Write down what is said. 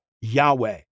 Yahweh